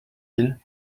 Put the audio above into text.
ils